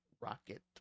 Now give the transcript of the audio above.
rocket